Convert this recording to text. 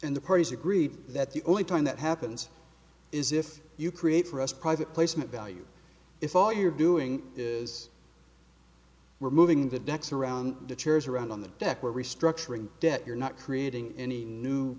in the parties agreed that the only time that happens is if you create for us private placement value if all you're doing is removing the decks around the chairs around on the deck we're restructuring debt you're not creating any new